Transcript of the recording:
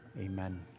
Amen